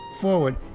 forward